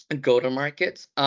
go-to-markets